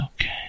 okay